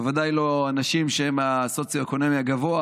בוודאי לא אנשים שהם מהסוציו-אקונומי הגבוה.